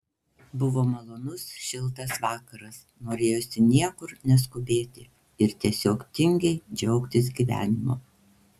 buvo malonus šiltas vakaras norėjosi niekur neskubėti ir tiesiog tingiai džiaugtis gyvenimu